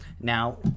now